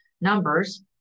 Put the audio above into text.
numbers